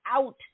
out